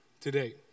today